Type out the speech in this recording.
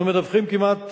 אנחנו מדווחים כמעט